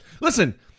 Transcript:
Listen